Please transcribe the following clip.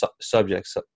subjects